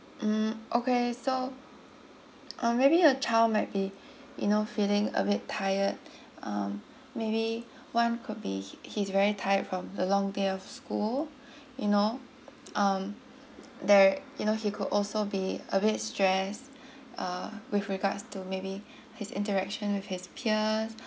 mm okay so uh maybe your child might be you know feeling a bit tired um maybe one could be he's very tired from the long day of school you know um there you know he could also be a bit stressed uh with regards to maybe his interaction with his peers